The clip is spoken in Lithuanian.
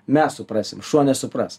mes suprasim šuo nesupras